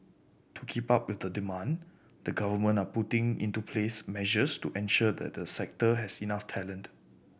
to keep up with demand the government are putting into place measures to ensure that the sector has enough talent